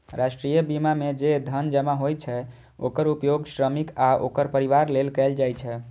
राष्ट्रीय बीमा मे जे धन जमा होइ छै, ओकर उपयोग श्रमिक आ ओकर परिवार लेल कैल जाइ छै